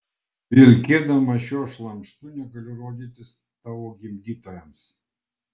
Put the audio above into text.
vilkėdama šiuo šlamštu negaliu rodytis tavo gimdytojams